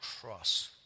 cross